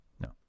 No